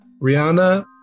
Rihanna